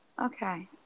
Okay